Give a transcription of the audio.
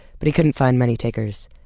but he couldn't find many takers.